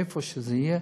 איפה שזה יהיה,